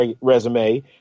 resume